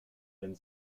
den